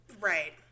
right